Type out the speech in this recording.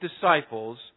disciples